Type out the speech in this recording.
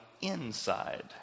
inside